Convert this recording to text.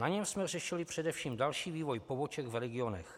Na něm jsme řešili především další vývoj poboček v regionech.